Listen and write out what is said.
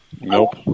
Nope